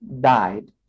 died